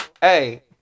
hey